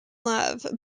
love